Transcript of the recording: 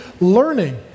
learning